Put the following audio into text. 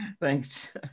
Thanks